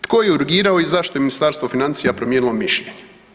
Tko je urgirao i zašto je Ministarstvo financija promijenilo mišljenje?